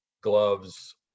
gloves